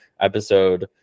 episode